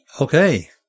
Okay